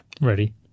Ready